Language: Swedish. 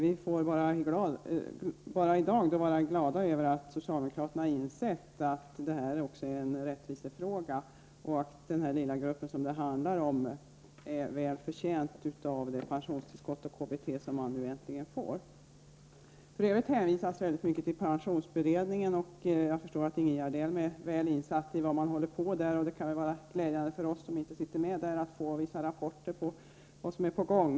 Men vi får vara glada över att socialdemokraterna har insett att det här också är en rättvisefråga och att den lilla grupp som det handlar om är väl förtjänt av det pensionstillskott, och KBT, som man nu äntligen får. För övrigt hänvisas det i mycket stor utsträckning till pensionsberedningen. Jag förstår att Ingegerd Elm är väl insatt i dess arbete. Det kan vara bra för oss som inte sitter med där att få vissa rapporter om vad som är på gång.